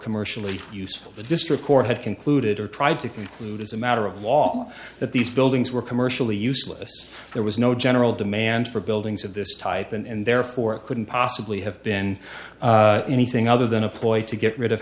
commercially useful the district court had concluded or tried to conclude as a matter of law that these buildings were commercially useless there was no general demand for buildings of this type and therefore it couldn't possibly have been anything other than a ploy to get rid of